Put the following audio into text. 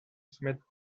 smith